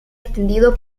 atendido